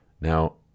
Now